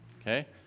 okay